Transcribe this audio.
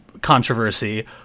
controversy